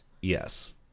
Yes